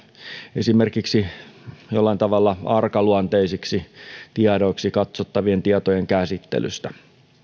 esimerkiksi jollain tavalla arkaluonteisiksi tiedoiksi katsottavien tietojen käsittelystä